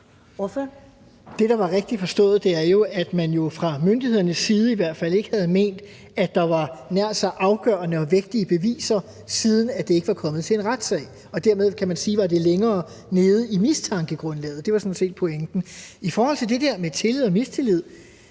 Det, der var rigtigt forstået, var jo, at man fra myndighedernes side i hvert fald ikke havde ment, at der var nær så afgørende og vægtige beviser, siden det ikke var kommet til en retssag, og dermed kan man sige, at det var længere nede i mistankegrundlaget. Det var sådan set pointen. I forhold til det der med tillid og mistillid